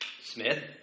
Smith